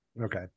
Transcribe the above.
Okay